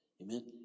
Amen